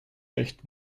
recht